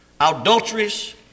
adulterers